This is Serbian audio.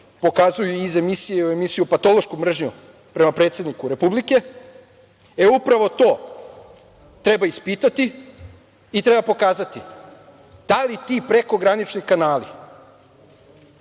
pokazuju iz emisije u emisiju patološkom mržnjom prema predsedniku Republike. Upravo to treba ispitati i treba pokazati da li ti prekogranični kanali